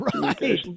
right